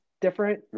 different